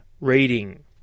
reading